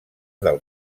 del